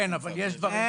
כן, אבל יש דברים אחרים.